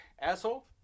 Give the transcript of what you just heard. asshole